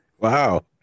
Wow